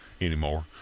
anymore